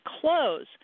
close